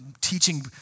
teaching